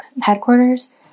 headquarters